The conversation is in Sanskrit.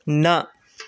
न